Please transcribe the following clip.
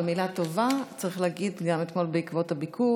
מילה טובה צריך להגיד גם בעקבות הביקור